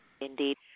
Indeed